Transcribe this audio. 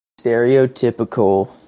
stereotypical